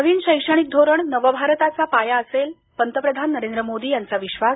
नवीन शैक्षणिक धोरण नवभारताचा पाया असेल पंतप्रधान नरेंद्र मोदी यांचा विश्वास